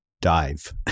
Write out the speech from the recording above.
dive